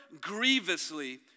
grievously